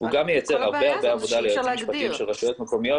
הוא גם מייצר הרבה הרבה עבודה ליועצים משפטיים של רשויות מקומיות.